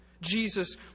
Jesus